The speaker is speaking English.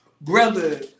brother